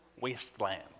wasteland